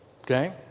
Okay